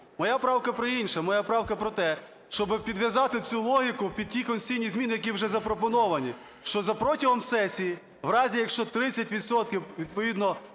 Моя правка про інше, моя правка про те, щоби підв'язати цю логіку під ті конституційні зміни, які вже запропоновані, що за протягом сесії в разі, якщо 30 відсотків